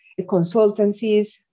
consultancies